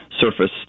surface